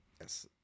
Yes